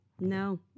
No